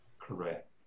Correct